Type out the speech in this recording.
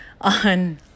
on